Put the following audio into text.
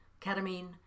ketamine